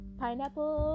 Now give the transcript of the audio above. pineapple